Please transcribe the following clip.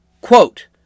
Quote